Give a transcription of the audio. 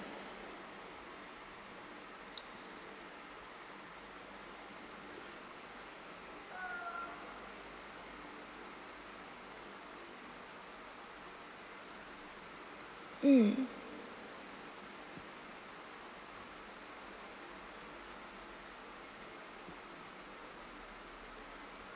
mm